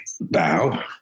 bow